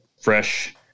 fresh